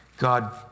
God